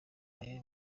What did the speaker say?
umwe